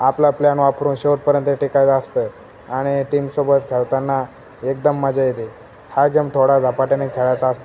आपला प्लन वापरून शेवटपर्यंत टिकायचं असतं आणि टीमसोबत खेळताना एकदम मजा येते हा गेम थोडा झपाट्याने खेळायचा असतो